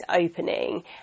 opening